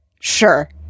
sure